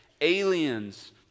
aliens